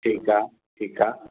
ठीकु आहे ठीकु आहे